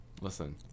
Listen